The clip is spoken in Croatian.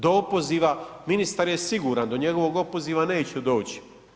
Do opoziva, ministar je siguran, do njegovog opoziva neće doći.